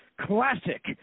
Classic